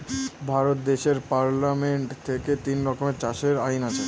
ভারত দেশের পার্লামেন্ট থেকে তিন রকমের চাষের আইন আছে